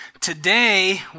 Today